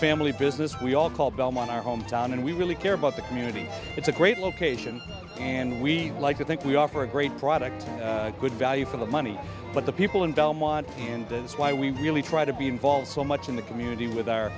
family business we all call belmont our hometown and we really care about the community it's a great location and we like to think we offer a great product good value for the money but the people in belmont and that's why we really try to be involved so much in the community with our